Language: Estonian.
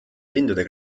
lindude